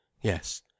Yes